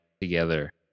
together